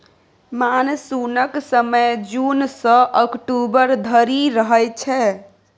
मानसुनक समय जुन सँ अक्टूबर धरि रहय छै